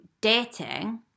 dating